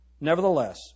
Nevertheless